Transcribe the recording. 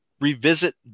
Revisit